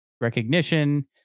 recognition